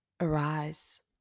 Arise